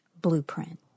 blueprint